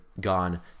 gone